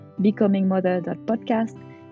becomingmother.podcast